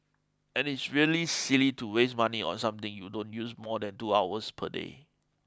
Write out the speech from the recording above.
and it's really silly to waste money on something you don't use more than two hours per day